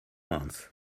months